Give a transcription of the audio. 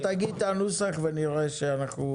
תגיד את הנוסח ונראה שאנחנו